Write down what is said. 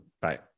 Bye